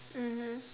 mmhmm